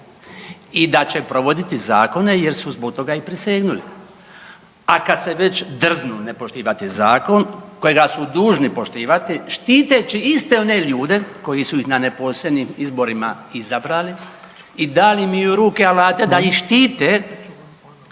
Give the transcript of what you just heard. i da će provoditi zakone jer su zbog toga i prisegnuli, a kad se već drznu ne poštivati zakon kojega su dužni poštivati štiteći iste one ljude koji su ih na neposrednim izborima izabrali i dali im i u ruke alate da ih štite